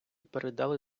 передали